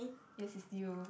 yes it's you